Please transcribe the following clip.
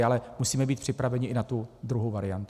Ale musíme být připraveni i na tu druhou variantu.